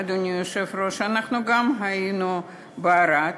אדוני היושב-ראש, אנחנו היינו גם בערד,